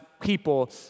people